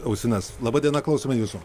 ausines laba diena klausome jūsų